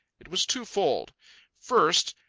it was twofold first,